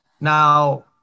Now